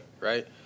right